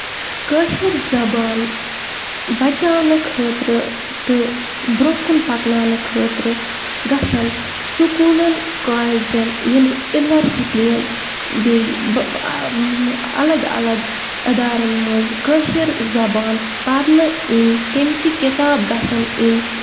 کٲشِر زَبان بَچاونہٕ خٲطرٕ تہٕ برونہہ کُن پَکناونہٕ خٲطرٕ گژھن سکوٗلن کالیجن یوٗنہِ اِنورسٹین بیٚیہِ اَلگ اَلگ اِدارن منٛز کٲشِر زَبان پَرنہٕ یِنۍ تَمہِ چہِ کِتاب گژھن یِنۍ